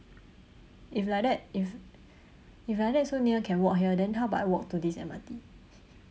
if like that if if like that so near can walk here then how about I walk to this M_R_T